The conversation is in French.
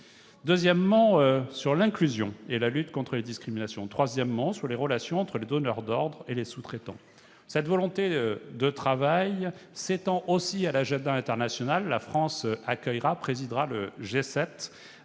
deuxièmement, sur l'inclusion et la lutte contre les discriminations ; troisièmement, sur les relations entre les donneurs d'ordre et les sous-traitants. Cette volonté de travail s'étend aussi à l'agenda international. La France accueillera et présidera le G7.